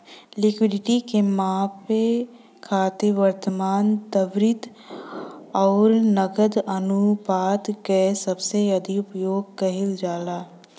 liquidity के मापे खातिर वर्तमान, त्वरित आउर नकद अनुपात क सबसे अधिक उपयोग किहल जाला